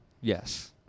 Yes